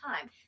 time